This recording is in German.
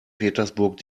petersburg